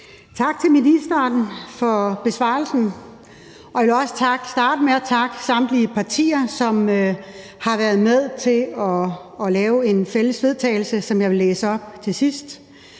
Tak til ministeren for besvarelsen, og jeg vil også starte med at takke samtlige partier, som har været med til at lave et fælles forslag til vedtagelse, som jeg vil læse op til sidst.